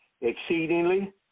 exceedingly